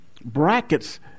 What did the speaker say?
brackets